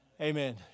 Amen